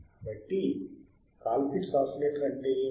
కాబట్టి Colpitts oscillator అంటే ఏమిటి